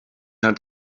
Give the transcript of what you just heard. hat